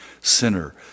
sinner